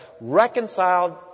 Reconciled